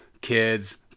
kids